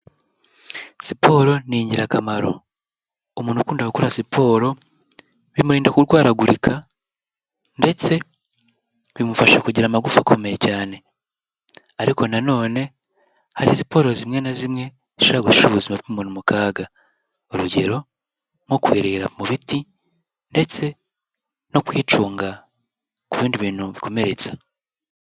Siporo ni ingirakamaro, umuntu ukunda gukora siporo bimurinda kurwaragurika ndetse bimufasha kugira amagufa akomeye cyane ariko nanone hari siporo zimwe na zimwe zishobora gushira ubuzima bw'umuntu mu kaga urugero: nko kweberera mu biti ndetse no kwicunga ku bindi bintu bikomeretsa.